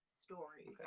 stories